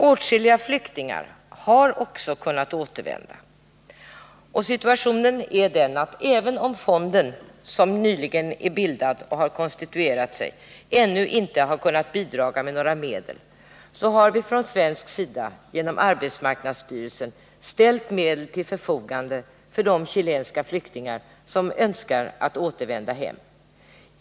Åtskilliga flyktingar har också kunnat återvända, och även om fonden, som nyligen är bildad och har konstituerat sig, ännu inte har kunnat bidra med några medel, så har vi från svensk sida genom arbetsmarknadsstyrelsen ställt medel till förfogande för de chilenska flyktingar som önskar att återvända hem.